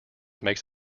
makes